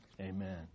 Amen